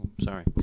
Sorry